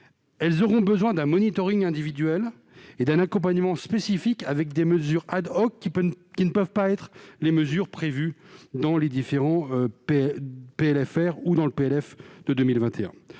auront besoin d'un suivi individuel et d'un accompagnement spécifique, avec des mesures, qui ne peuvent pas être les mesures prévues dans les différents PLFR ou dans le PLF pour 2021.